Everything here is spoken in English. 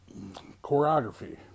choreography